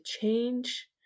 change